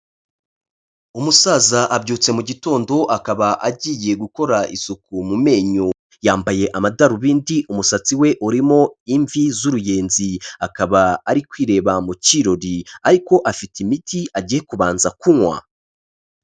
Umusaza abyutse mu gitondo akaba agiye gukora isuku mu menyo, yambaye amadarubindi, umusatsi we urimo imvi z'uruyenzi, akaba ari kwireba mu kirori, ariko afite imiti agiye kubanza kunywa.